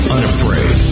Unafraid